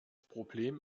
problem